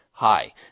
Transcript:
Hi